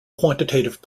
quantitative